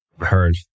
Heard